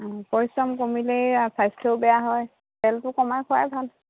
অঁ পৰিশ্ৰম কমিলেই স্বাস্থ্যও বেয়া হয় তেলটো কমাই খোৱাই ভাল